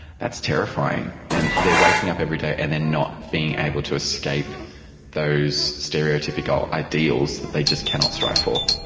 that's terrifying. and they are waking up every day and they are not being able to escape those stereotypical ideals that they just cannot strive for.